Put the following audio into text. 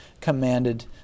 commanded